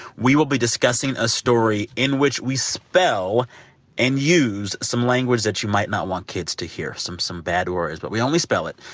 we will be discussing a story in which we spell and use some language that you might not want kids to hear some some bad words. but we only spell it.